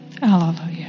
Hallelujah